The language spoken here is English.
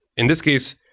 in this case,